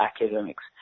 academics